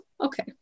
Okay